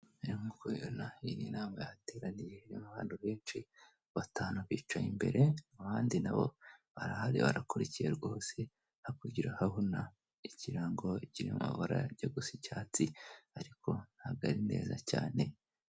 Rero nkuko ubibona iyi n'inama yahateraniye, irimo abantu benshi. Batanu bicaye imbere, abandi nabo barahari barakurikiye rwose, hakurya urahabona ikirango kirimo amabara ajya gusa icyatsi, ariko ntago ari neza cyane.